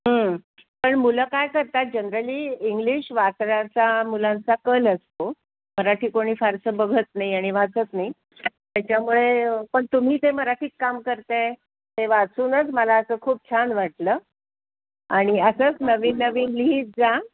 कारण मुलं काय करतात जनरली इंग्लिश वाचण्याचा मुलांचा कल असतो मराठी कोणी फारसं बघत नाही आणि वाचत नाही त्याच्यामुळे पण तुम्ही ते मराठीत काम करत आहे ते वाचूनच मला असं खूप छान वाटलं आणि असंच नवीन नवीन लिहित जा